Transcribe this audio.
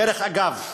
דרך אגב,